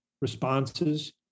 responses